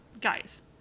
guys